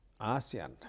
ASEAN